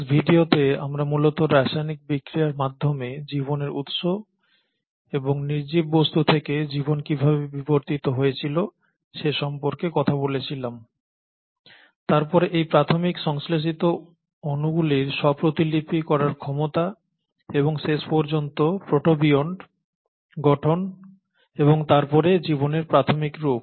শেষ ভিডিওতে আমরা মূলত রাসায়নিক বিক্রিয়ার মাধ্যমে জীবনের উৎস এবং নির্জীব বস্তু থেকে জীবন কীভাবে বিবর্তিত হয়েছিল সে সম্পর্কে কথা বলেছিলাম তারপরে এই প্রাথমিক সংশ্লেষিত অণুগুলির স্ব প্রতিলিপি করার ক্ষমতা এবং শেষ পর্যন্ত প্রোটোবিয়ন্ট গঠন এবং তারপরে জীবনের প্রাথমিক রূপ